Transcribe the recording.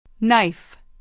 Knife